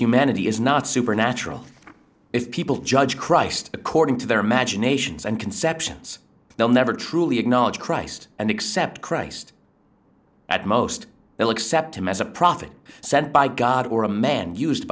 humanity is not supernatural if people judge christ according to their imaginations and conceptions they'll never truly acknowledge christ and accept christ at most they'll accept him as a prophet sent by god or a man used